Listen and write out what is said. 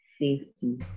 safety